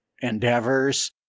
endeavors